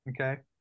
okay